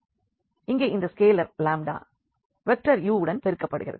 எனவே இங்கே இந்த ஸ்கேலர் வெக்டர் u வுடன் பெருக்கப்படுகிறது